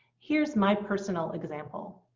here's my personal example.